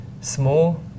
small